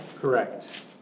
Correct